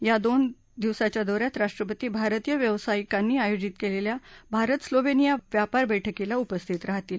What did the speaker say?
या दोन दिवसाच्या दौ यात राष्ट्रपती भारतीय व्यवसायिकांनी आयोजित क्रिस्ता भारत स्लोवरिंया व्यापार बैठकीला उपस्थित राहतील